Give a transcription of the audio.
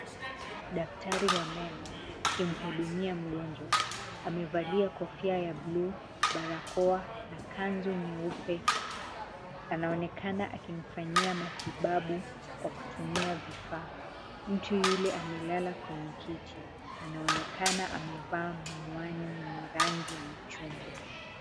Daktari wa meno akimhudumia mgonjwa. Amevalia kofia ya buluu, barakoa na kanzu nyeupe. Anaonekana akimfanyia matibabu kwa kutumia vifaa. Mtu yule amelala kwenye kiti, anaonekana amevaa miwani yenye rangi ya machungwa.